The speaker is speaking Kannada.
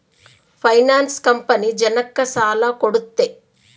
ಫೈನಾನ್ಸ್ ಕಂಪನಿ ಜನಕ್ಕ ಸಾಲ ಕೊಡುತ್ತೆ